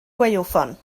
gwaywffon